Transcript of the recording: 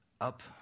up